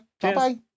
Bye-bye